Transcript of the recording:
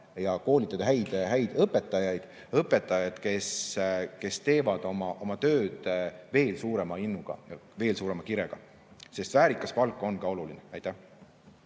ja koolitada häid õpetajaid, kes teevad oma tööd veel suurema innuga ja veel suurema kirega, sest väärikas palk on ka oluline.